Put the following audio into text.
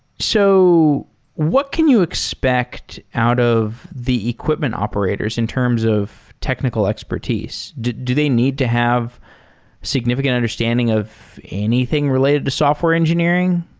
so what can you expect out of the equipment operators in terms of technical expertise? do do they need to have understanding of anything related to software engineering?